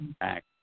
act